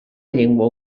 llengua